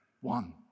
One